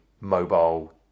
mobile